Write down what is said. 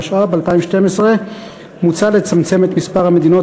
התשע"ב 2012. מוצע לצמצם את מספר המדינות